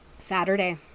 Saturday